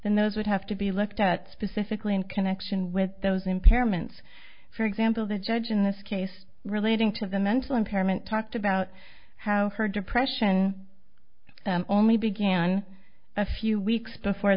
those would have to be looked at specifically in connection with those impairments for example the judge in this case relating to the mental impairment talked about how her depression only began a few weeks